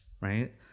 right